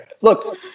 Look